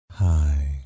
Hi